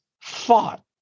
fought